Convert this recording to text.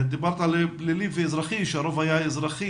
דיברת על פלילי ואזרחי כשהרוב היה אזרחי